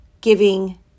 giving